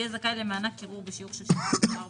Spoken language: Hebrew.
יהיה זכאי למענק קירור בשיעור של 6.4%